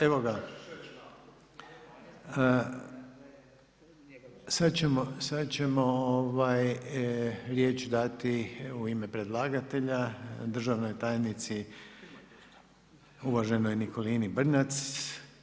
Evo ga, sad ćemo riječ dati u ime predlagatelja državnoj tajnici, uvaženoj Nikolini Brnjac.